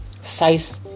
size